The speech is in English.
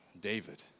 David